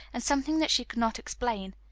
and something that she could not explain.